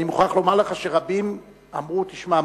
אני מוכרח לומר לך שרבים אמרו: תשמע,